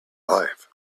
life